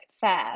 fair